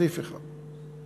סעיף אחד.